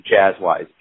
jazz-wise